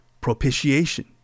propitiation